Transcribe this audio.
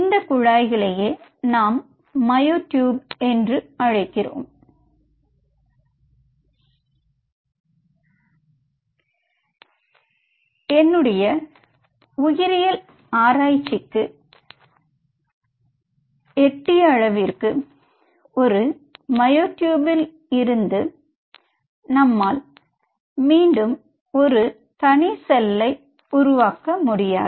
இந்த குழாய்களை நாம் மையோ டியூப் என்று அழைக்கிறோம் என்னுடைய உயிரியல் ஆராய்ச்சி அறிவிற்கு எட்டிய அளவிற்கு ஒரு மையோ டியூப்ல் இருந்து மீண்டும் நம்மால் ஒரு தனி செல்லை உருவாக்க முடியாது